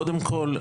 קודם כל,